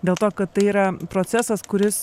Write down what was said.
dėl to kad tai yra procesas kuris